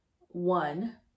one